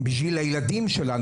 בשביל הילדים שלנו,